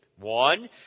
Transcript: One